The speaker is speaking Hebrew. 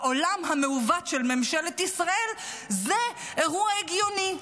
בעולם המעוות של ממשלת ישראל זה אירוע הגיוני.